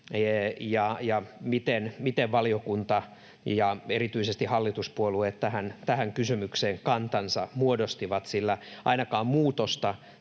ja miten valiokunta ja erityisesti hallituspuolueet tähän kysymykseen kantansa muodostivat? Ainakaan muutosta